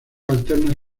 alternas